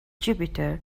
jupiter